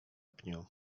pniu